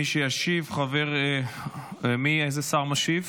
מי שישיב, איזה שר משיב?